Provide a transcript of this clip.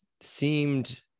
seemed